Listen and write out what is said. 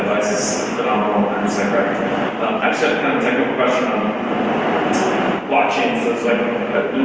are